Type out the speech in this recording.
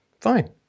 Fine